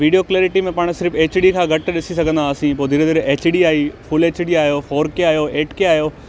video clarity में पाण सिर्फ़ एच डी खां घटि ॾिसी सघंदासीं पोइ धीरे धीरे एच डी आई फ़ुल एच डी आयो फ़ोर के आयो एट के आयो